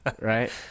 Right